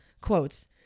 quotes